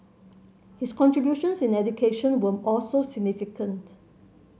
his contributions in education were also significant